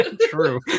True